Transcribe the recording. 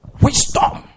Wisdom